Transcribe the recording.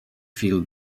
fil